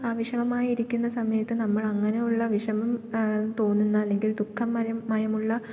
വിഷമമായിരിക്കുന്ന സമയത്ത് നമ്മളങ്ങനെ ഉള്ള വിഷമം തോന്നുന്ന അല്ലെങ്കിൽ ദുഃഖമയമുള്ള